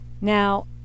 now